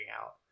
out